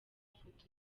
ifoto